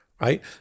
right